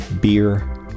beer